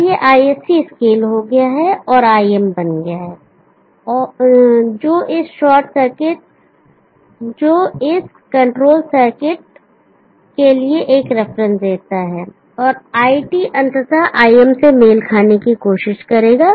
अब यह ISC scale हो गया है और Im बन गया है जो इस कंट्रोल सर्किट के लिए एक रेफरेंस देता है और iT अंततः Im से मेल खाने की कोशिश करेगा